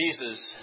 Jesus